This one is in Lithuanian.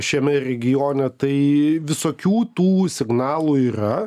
šiame regione tai visokių tų signalų yra